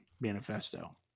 manifesto